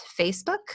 Facebook